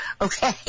okay